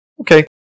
Okay